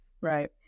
right